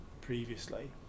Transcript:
previously